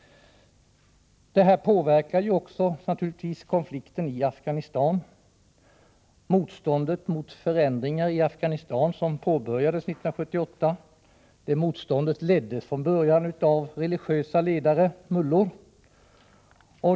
Det här påverkar också konflikten i Afghanistan. Motståndet mot förändringar som påbörjades 1978 leddes från början av religiösa ledare, mullor.